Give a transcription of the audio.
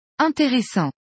Intéressant